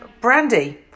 brandy